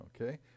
okay